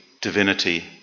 divinity